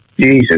Jesus